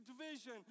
division